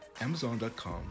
Amazon.com